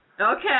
Okay